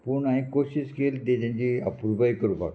पूण हांवें कोशिश केली की तेंची अपुरबाय करपाक